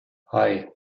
hei